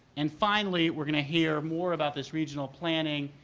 and finally, we are going to hear more about this regional planning,